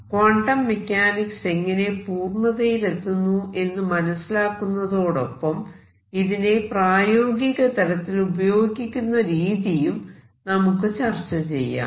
quantum mechanics എങ്ങനെ പൂർണ്ണതയിലെത്തുന്നു എന്ന് മനസിലാക്കുന്നതോടൊപ്പം ഇതിനെ പ്രായോഗികതലത്തിൽ ഉപയോഗിക്കുന്ന രീതിയും നമുക്ക് ചർച്ച ചെയ്യാം